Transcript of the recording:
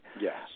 Yes